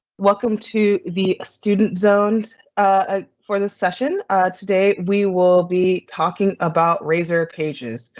welcome to the student zones. ah, for the session today we will be talking about razor pages.